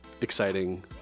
exciting